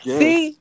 see